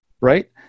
right